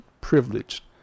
privileged